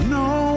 no